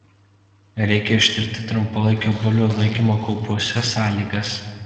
reikia ištirti trumpalaikio bulvių laikymo kaupuose sąlygas